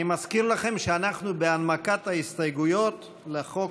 אני מזכיר לכם שאנחנו בהנמקת ההסתייגויות לחוק